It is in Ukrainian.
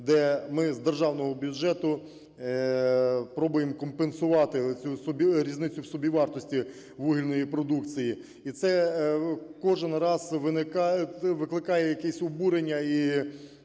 де ми з Державного бюджету пробуємо компенсувати оцю різницю в собівартості вугільної продукції. І це кожен раз виникають… викликає якесь обурення